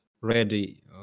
ready